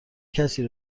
کسی